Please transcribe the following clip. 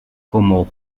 como